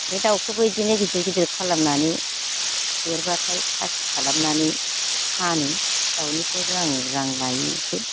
बे दाउखौबो इदिनो गिदिर गिदिर खालामनानै देरब्लाथाय खासि खालामनानै फानो दाउनिफ्राय आङो रां लायो इसे